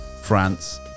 France